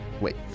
wait